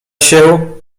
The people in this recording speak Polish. się